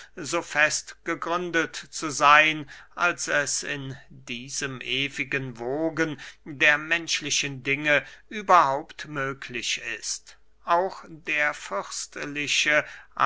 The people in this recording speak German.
so fest gegründet zu seyn als es in diesem ewigen wogen der menschlichen dinge überhaupt möglich ist auch der